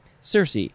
Circe